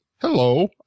hello